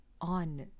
on